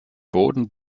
boden